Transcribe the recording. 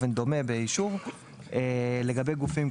יכולת